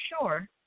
sure